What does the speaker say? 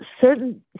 certain